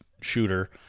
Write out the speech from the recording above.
shooter